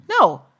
No